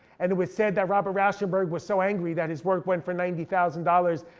and it was said that robert rauschenberg was so angry that his work went for ninety thousand dollars,